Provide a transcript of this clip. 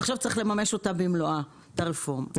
ועכשיו צריך לממש במלואה את הרפורמה.